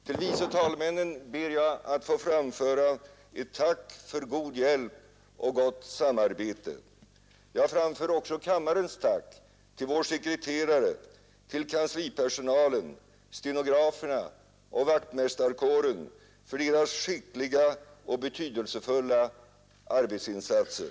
Till vice talmännen ber jag få framföra ett tack för god hjälp och gott samarbete. Jag framför också kammarens tack till vår sekreterare, kanslipersonalen, stenograferna och vaktmästarkåren för deras skickliga och betydelse fulla arbetsinsatser.